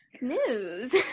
news